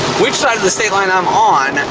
which side of the state line i'm on.